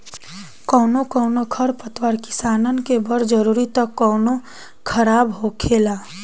कौनो कौनो खर पतवार किसानन के बड़ जरूरी त कौनो खराब होखेला